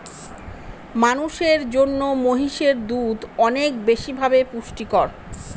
মানুষের জন্য মহিষের দুধ অনেক বেশি ভাবে পুষ্টিকর